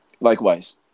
Likewise